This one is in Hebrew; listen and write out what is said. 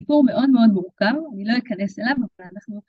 סיפור מאוד מאוד מורכב, אני לא אכנס אליו, אבל אנחנו...